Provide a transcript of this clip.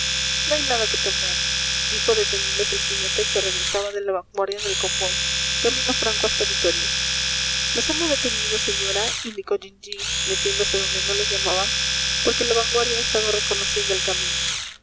no hay nada que temer dijo deteniéndose el jinete que regresaba de la vanguardia del convoy camino franco hasta vitoria nos hemos detenido señora indicó jean jean metiéndose donde no le llamaban porque la vanguardia ha estado reconociendo el camino